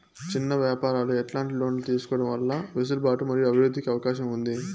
చిన్న వ్యాపారాలు ఎట్లాంటి లోన్లు తీసుకోవడం వల్ల వెసులుబాటు మరియు అభివృద్ధి కి అవకాశం ఉంది?